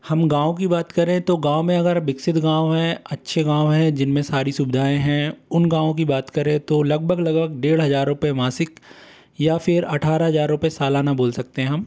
हम गाँव की बात करें तो गाँव में अगर विकसित गाँव हैं अच्छे गाँव हैं जिनमें सारी सुविधाएँ हैं उन गाँओं की बात करें तो लगभग लगभग डेढ़ हज़ार रुपये मासिक या फिर अठारह हज़ार रुपये सालाना बोल सकते हैं हम